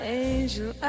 angel